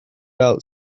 out